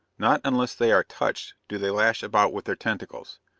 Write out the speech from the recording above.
not unless they are touched do they lash about with their tentacles.